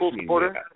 supporter